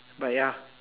but ya